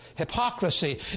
Hypocrisy